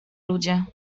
ludzie